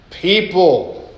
people